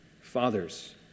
Fathers